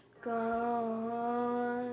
Gone